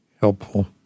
helpful